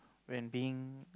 when being